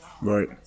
Right